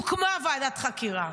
הוקמה ועדת חקירה.